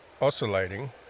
oscillating